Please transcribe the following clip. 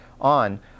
on